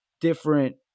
different